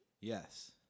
Yes